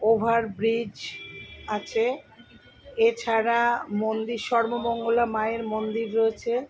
overbridge আছে এছাড়া মন্দির সর্বমঙ্গলা মায়ের মন্দির রয়েছে